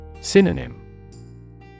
Synonym